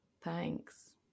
thanks